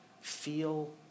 feel